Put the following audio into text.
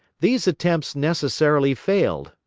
these attempts necessarily failed,